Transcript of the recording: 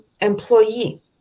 employee